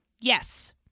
Yes